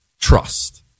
trust